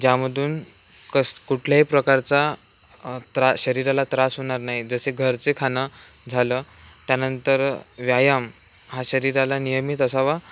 ज्यामधून कस कुठल्याही प्रकारचा त्रा शरीराला त्रास होणार नाही जसे घरचे खाणं झालं त्यानंतर व्यायाम हा शरीराला नियमित असावा